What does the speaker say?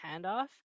handoff